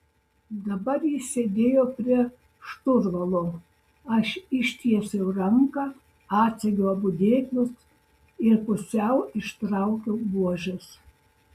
dabar jis sėdėjo prie šturvalo aš ištiesiau ranką atsegiau abu dėklus ir pusiau ištraukiau buožes